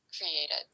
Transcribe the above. created